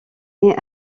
née